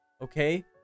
Okay